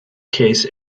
case